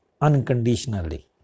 unconditionally